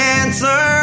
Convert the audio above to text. answer